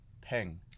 peng